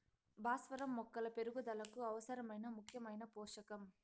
భాస్వరం మొక్కల పెరుగుదలకు అవసరమైన ముఖ్యమైన పోషకం